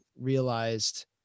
realized